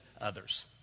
others